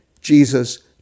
Jesus